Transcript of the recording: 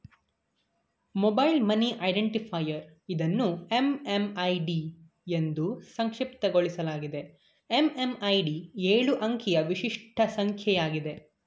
mobile money identifier ಇದನ್ನು MMID ಎಂದೂ ಸಂಕ್ಷಿಪ್ತಗೊಳಿಸಲಾಗಿದೆ ಎಂ.ಎಂ.ಐ.ಡಿ ಎಳು ಅಂಕಿಯ ವಿಶಿಷ್ಟ ಸಂಖ್ಯೆ ಆಗಿದೆ